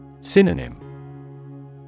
Synonym